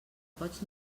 pots